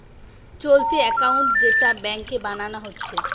চলতি একাউন্ট যেটা ব্যাংকে বানানা হচ্ছে